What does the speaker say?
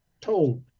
told